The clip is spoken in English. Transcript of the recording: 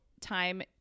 time